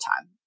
time